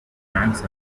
ranks